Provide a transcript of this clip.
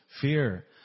fear